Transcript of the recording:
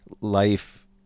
life